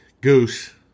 Goose